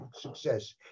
success